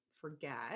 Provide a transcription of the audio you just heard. forget